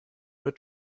wird